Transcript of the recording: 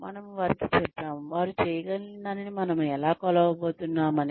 మనము వారికి చెప్పాము వారు చేయగలిగిన దానిని మనము ఎలా కొలవబోతున్నాం అని